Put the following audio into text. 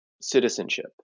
citizenship